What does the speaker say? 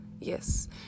Yes